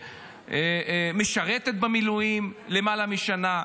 שמשרתת במילואים למעלה משנה.